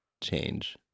Change